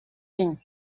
ding